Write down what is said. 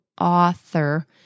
author